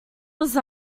was